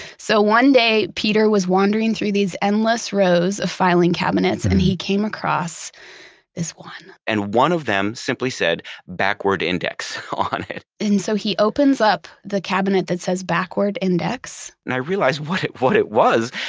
so, one day, peter was wandering through these endless rows of filing cabinets, and he came across this one and one of them simply said backward index on it. so he opens up the cabinet that says backward index, and i realize what it what it was,